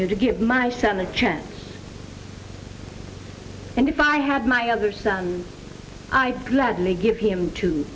you to give my son the chance and if i had my other son i gladly give him to